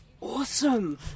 awesome